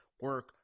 Work